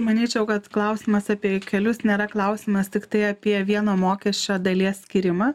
manyčiau kad klausimas apie kelius nėra klausimas tiktai apie vieno mokesčio dalies skyrimą